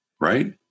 Right